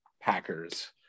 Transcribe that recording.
Packers